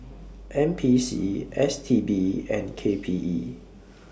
N P C S T B and K P E